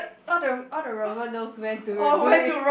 all the all the robber knows when to do it